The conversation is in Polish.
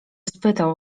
spytał